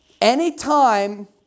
Anytime